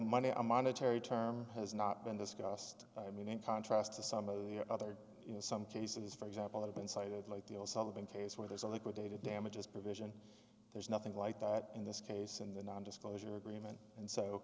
money a monetary term has not been discussed i mean in contrast to some of the other you know some cases for example have been cited like the old sullivan case where there's a liquidated damages provision there's nothing like that in this case in the non disclosure agreement and so